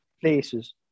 places